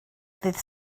ddydd